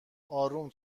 اروم